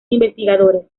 investigadores